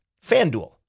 FanDuel